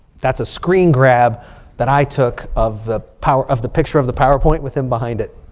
that's a screengrab that i took of the power of the picture of the powerpoint with him behind it.